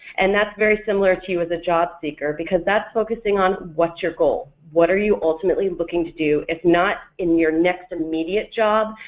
and that's very similar to you as a jobseeker because that's focusing on what's your goal, what are you ultimately looking to do if not in your next immediate job,